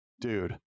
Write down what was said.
dude